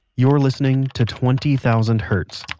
you're listening to twenty thousand hertz,